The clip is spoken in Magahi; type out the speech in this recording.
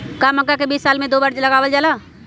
का मक्का के बीज साल में दो बार लगावल जला?